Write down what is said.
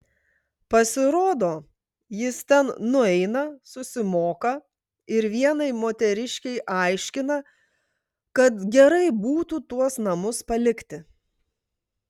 pasirodo jis ten nueina susimoka ir vienai moteriškei aiškina kad gerai būtų tuos namus palikti